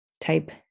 type